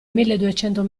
milleduecento